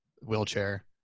wheelchair